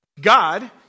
God